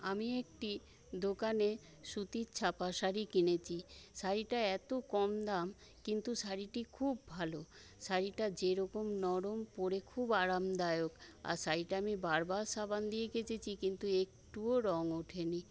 আমি একটি দোকানে সুতির ছাপা শাড়ি কিনেছি শাড়িটা এত কম দাম কিন্তু শাড়িটি খুব ভালো শাড়িটা যেরকম নরম পরে খুব আরামদায়ক আর শাড়িটা আমি বারবার সাবান দিয়ে কেচেছি কিন্তু একটুও রঙ ওঠেনি